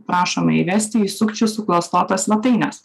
prašoma įvesti į sukčių suklastotas svetaines